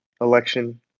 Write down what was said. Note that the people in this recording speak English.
election